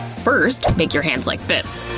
first make your hands like this.